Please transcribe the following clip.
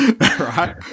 Right